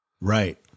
Right